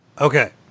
Okay